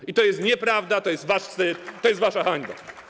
I to jest nieprawda, to jest wasz wstyd, to jest wasza hańba.